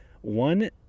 One